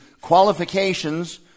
qualifications